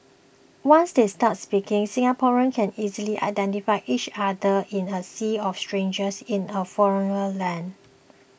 once they start speaking Singaporeans can easily identify each other in a sea of strangers in a foreigner land